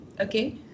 Okay